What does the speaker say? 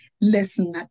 Listen